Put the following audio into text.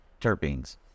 terpenes